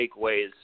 takeaways